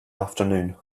afternoon